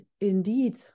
indeed